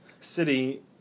city